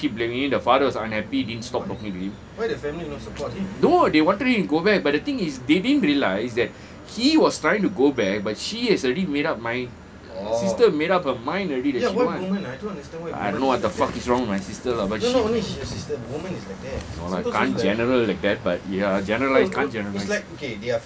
the mother keep blaming him the father was unhappy didn't stop talking to him no they wanted him to go back but the thing is they didn't realize that he was trying to go back but she has already made up mind sister made up her mind already that she want I don't know what the fuck is wrong with my sister lah but only she no lah can't general like that but ya generalise can't generalise